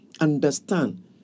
understand